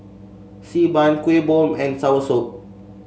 Xi Ban Kuih Bom and soursop